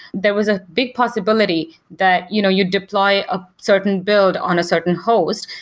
there was a big possibility that you know you deploy a certain build on a certain host,